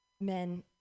men